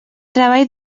treball